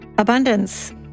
abundance